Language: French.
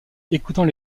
écoutant